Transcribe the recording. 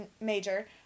major